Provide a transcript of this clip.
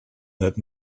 that